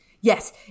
Yes